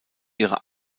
ihre